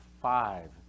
five